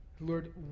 Lord